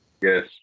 Yes